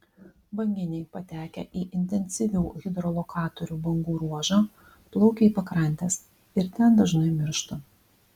banginiai patekę į intensyvių hidrolokatorių bangų ruožą plaukia į pakrantes ir ten dažnai miršta